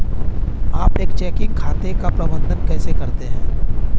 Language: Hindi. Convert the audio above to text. आप एक चेकिंग खाते का प्रबंधन कैसे करते हैं?